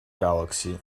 galaxy